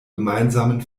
gemeinsamen